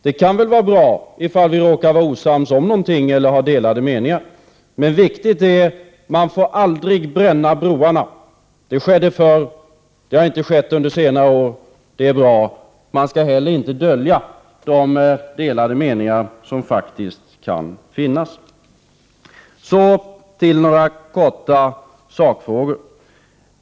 Det kan väl vara bra om vi råkar vara osams eller ha delade meningar om något. Det är emellertid viktigt att man aldrig bränner broarna. Det skedde förr, men det har inte skett under senare år, vilket är bra. Men man skall inte heller dölja de delade meningar som faktiskt kan finnas. Jag vill därför övergå till några sakfrågor.